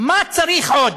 מה צריך עוד?